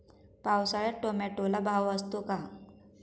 पावसाळ्यात टोमॅटोला भाव असतो का?